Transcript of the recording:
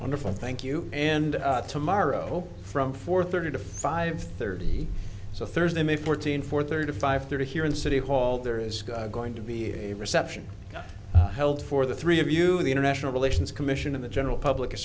wonderful thank you and tomorrow from four thirty to five thirty so thursday may fourteenth four thirty five thirty here in city hall there is going to be a reception held for the three of you the international relations commission and the general public is